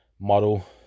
model